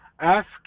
ask